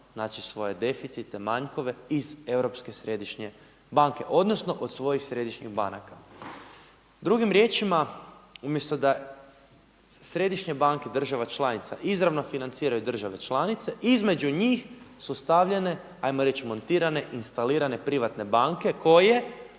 znači svoje deficite, manjkove iz Europske središnje banke, odnosno od svojih središnjih banaka. Drugim riječima umjesto da središnje banke, država članica, izravno financiraju države članice između njih su stavljene, ajmo reći montirane, instalirane privatne banke koje